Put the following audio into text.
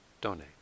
donate